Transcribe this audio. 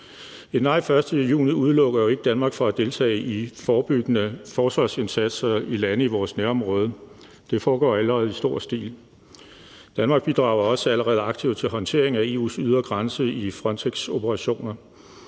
Et nej den 1. juni udelukker jo ikke Danmark fra at deltage i forebyggende forsvarsindsatser i lande i vores nærområde, for det foregår allerede i stor stil. Danmark bidrager også allerede aktivt til håndtering af EU's ydre grænser i Frontexoperationer.